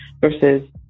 versus